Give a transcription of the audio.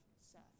Seth